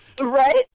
Right